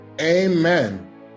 Amen